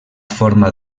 forma